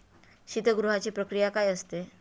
शीतगृहाची प्रक्रिया काय असते?